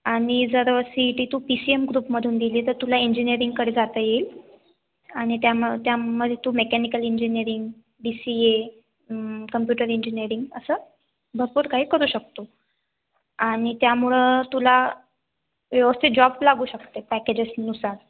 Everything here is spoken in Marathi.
आणि जर सी ई टी तू पी सी एम ग्रुपमधून दिली तर तुला इंजिनीअरिंगकडे जाता येईल आणि त्याम त्यामध्ये तू mechanical engineering BCA computer engineering असं भरपूर काही करू शकतो आणि त्यामुळं तुला व्यवस्थित जॉब लागू शकते पॅकेजेसनुसार